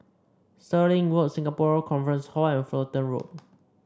Stirling Walk Singapore Conference Hall and Fullerton Road